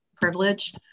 privilege